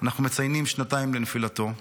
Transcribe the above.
אנחנו מציינים שנתיים לנפילתו.